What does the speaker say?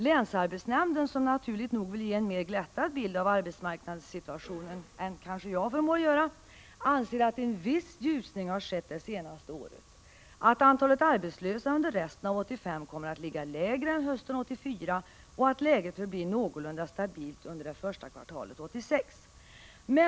Länsarbetsnämnden, som naturligt nog vill ge en mer glättad bild av arbetsmarknadssituationen än jag kanske förmår göra, anser att en viss ljusning har skett det senaste året, att antalet arbetslösa under resten av 1985 kommer att ligga lägre än hösten 1984 och att läget förblir någorlunda stabilt under det första kvartalet 1986.